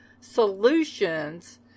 solutions